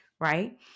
right